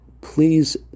Please